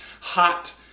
hot